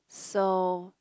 so